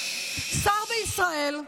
שר בישראל,